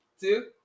Two